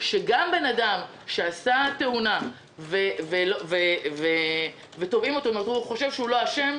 גם אדם שעשה תאונה ותובעים אותו והוא חושב שהוא לא אשם,